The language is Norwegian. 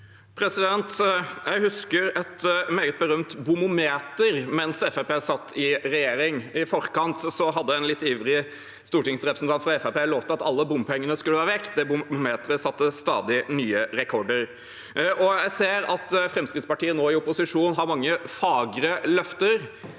Jeg husker et meget berømt «bomometer» mens Fremskrittspartiet satt i regjering. I forkant hadde en litt ivrig stortingsrepresentant fra Fremskrittspartiet lovt at alle bompengene skulle være vekk. Det bomometeret satte stadig nye rekorder. Jeg ser at Fremskrittspartiet nå i opposisjon har mange fagre løfter,